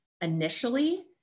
initially